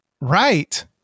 Right